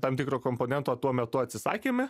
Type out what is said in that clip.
tam tikro komponento tuo metu atsisakėme